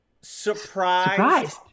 surprise